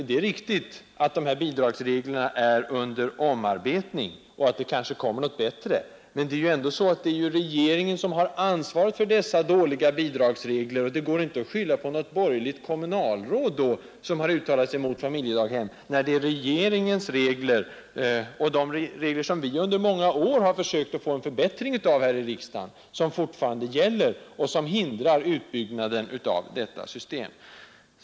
Det är riktigt att bidragssystemet nu är under omarbetning och att det kanske kommer något bättre, men det är ju ändå regeringen som har ansvaret för de nuvarande dåliga bidragsreglerna, och då går det inte att skylla på något borgerligt kommunalråd, som har uttalat sig emot familjedaghem. Det är regeringens regler — som vi här i riksdagen under många år har försökt att få en förbättring av — som fortfarande gäller och som hindrar utbyggnaden av familjedaghemmen.